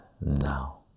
now